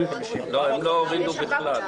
הם לא הורידו בכלל.